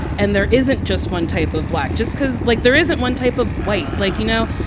and there isn't just one type of black just cause, like, there isn't one type of white like, you know?